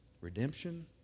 redemption